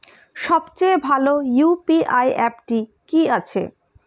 সবচেয়ে ভালো ইউ.পি.আই অ্যাপটি কি আছে?